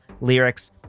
lyrics